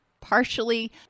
partially